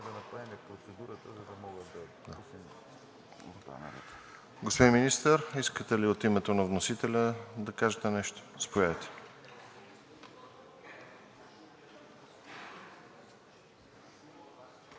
Господин Министър, искате ли от името на вносителя да кажете нещо? Заповядайте.